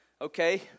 Okay